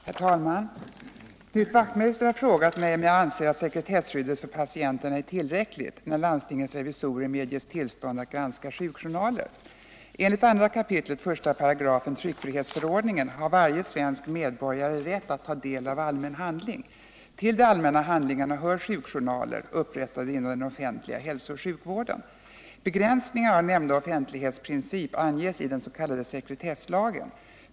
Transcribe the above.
Herr talman! Knut Wachtmeister har frågat mig om jag anser att sekretesskyddet för patienterna är tillräckligt, när landstingens revisorer medges tillstånd att granska sjukjournaler. Enligt 2 kap. 1 § tryckfrihetsförordningen har varje svensk medborgare rätt att ta del av allmän handling. Till de allmänna handlingarna hör journaler, upprättade inom den offentliga hälsooch sjukvården. Begränsningar av nämnda offentlighetsprincip anges i den s.k. sekretesslagen.